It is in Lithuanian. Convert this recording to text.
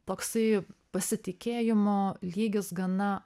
toksai pasitikėjimo lygis gana